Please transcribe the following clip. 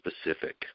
specific